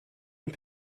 and